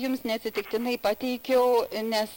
jums neatsitiktinai pateikiau nes